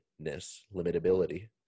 limitability